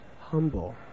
humble